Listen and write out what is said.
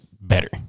better